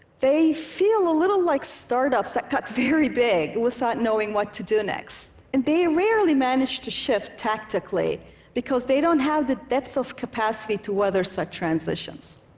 they feel a little like startups that got very big without knowing what to do next, and they rarely manage to shift tactically because they don't have the depth of capacity to weather such transitions.